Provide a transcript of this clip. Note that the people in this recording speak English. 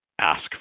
ask